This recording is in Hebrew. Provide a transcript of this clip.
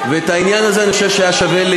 ואת העניין הזה אני חושב שהיה שווה,